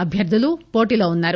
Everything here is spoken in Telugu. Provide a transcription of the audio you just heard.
అభ్యర్దులు పోటీలో వున్నారు